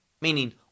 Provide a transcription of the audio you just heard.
meaning